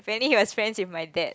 apparently he was friends with my dad